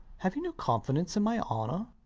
have you no confidence in my honor?